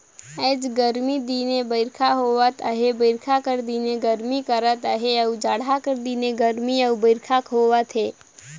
आएज गरमी दिने बरिखा होवत अहे बरिखा कर दिने गरमी करत अहे अउ जड़हा कर दिने गरमी अउ बरिखा होवत अहे